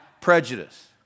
prejudice